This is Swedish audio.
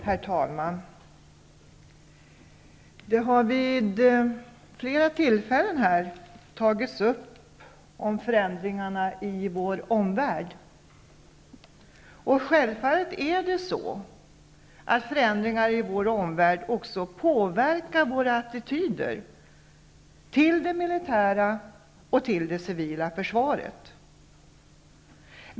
Herr talman! Vid flera tillfällen här har förändringarna i vår omvärld tagits upp. Självfallet är det så att förändringar i vår omvärld påverkar också våra attityder till det militära och till det civila försvaret.